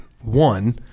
One